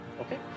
Okay